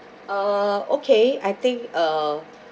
uh okay I think uh